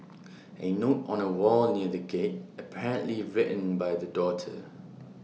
A note on A wall near the gate apparently written by the daughter